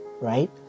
right